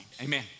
Amen